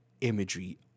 imagery